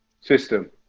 system